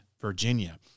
Virginia